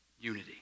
unity